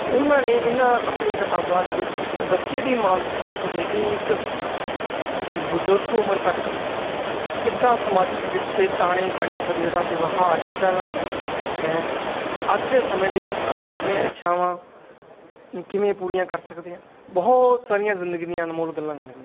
ਉਹਨਾਂ ਨੇ ਇਹਨਾਂ ਆਪਣੀਆਂ ਕਿਤਾਬਾਂ ਦੇ ਵਿੱਚ ਇੱਕ ਬੱਚੇ ਦੀ ਮਾਨਸਿਕਤਾ ਤੋਂ ਲੈ ਕੇ ਇੱਕ ਬਜ਼ੁਰਗ ਉਮਰ ਤੱਕ ਕਿੱਦਾਂ ਸਮਾਜਿਕ ਰਿਸ਼ਤੇ ਤਾਣੇ ਬਣੇ ਬੰਦੇ ਦਾ ਵਿਵਹਾਰ ਕਿੱਦਾਂ ਦਾ ਹੈ ਅੱਜ ਦੇ ਸਮੇਂ ਦੇ ਵਿੱਚ ਅਸੀਂ ਆਪਣੀ ਇੱਛਾਵਾਂ ਕਿਵੇਂ ਪੂਰੀਆਂ ਕਰ ਸਕਦੇ ਹਾਂ ਬਹੁਤ ਸਾਰੀਆਂ ਜ਼ਿੰਦਗੀ ਦੀਆਂ ਅਨਮੋਲ ਗੱਲਾਂ ਕਹੀਆਂ